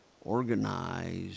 organized